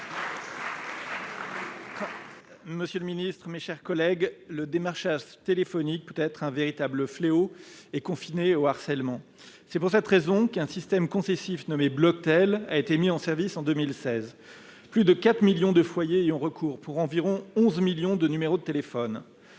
l'économie, des finances et de la relance. Le démarchage téléphonique peut être un véritable fléau et confiner au harcèlement. C'est la raison pour laquelle le système concessif nommé « Bloctel » a été mis en service en 2016. Plus de 4 millions de foyers y ont recours, pour environ 11 millions de numéros de téléphone.